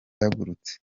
ihagurutse